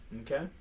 Okay